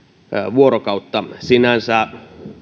vuorokautta sinänsä